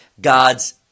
God's